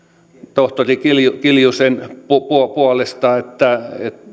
tohtori kiljusen puolesta että